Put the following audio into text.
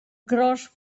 cros